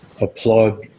applaud